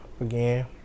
again